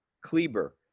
Kleber